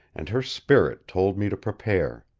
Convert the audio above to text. and her spirit told me to prepare.